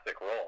role